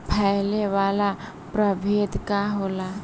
फैले वाला प्रभेद का होला?